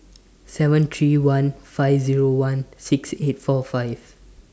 seven three one five one six eight four five